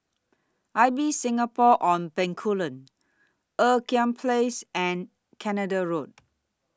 Ibis Singapore on Bencoolen Ean Kiam Place and Canada Road